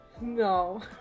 No